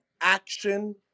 action